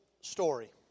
story